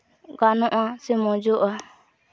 ᱜᱟᱱᱚᱜ ᱟᱥᱮ ᱢᱚᱡᱽᱚᱜᱼᱟ